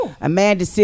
Amanda